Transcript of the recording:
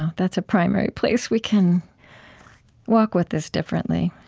that's a primary place we can walk with this differently.